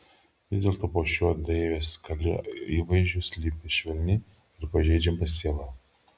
vis dėlto po šiuo deivės kali įvaizdžiu slypi švelni ir pažeidžiama siela